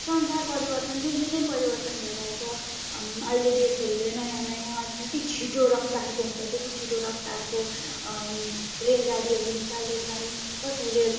संसार परिवर्तन दिनदिनै परिवर्तन भइरहेछ अहिले देशहरूले नयाँ नयाँ जति छिटो रफ्तारको हुन्छ त्यति छिटो रफ्तारको रेलगाडीहरू निकाल्दैछन् कसैले